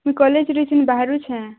ମୁଁ କଲେଜରେ ଅଛି ମୁଁ ବାହାରୁଛି